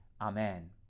Amen